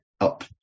up